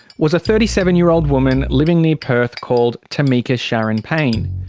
was a thirty seven year old woman living near perth called tamica sharon payne.